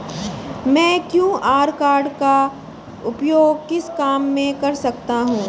मैं QR code का उपयोग किस काम में कर सकता हूं?